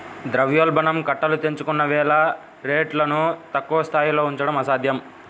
ద్రవ్యోల్బణం కట్టలు తెంచుకుంటున్న వేళ రేట్లను తక్కువ స్థాయిలో ఉంచడం అసాధ్యం